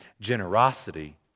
Generosity